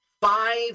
five